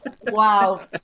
Wow